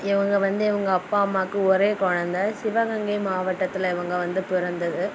இவங்க வந்து இவங்க அப்பா அம்மாவுக்கு ஒரே குழந்த சிவகங்கை மாவட்டத்தில் இவங்க வந்து பிறந்தது